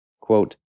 Quote